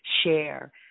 share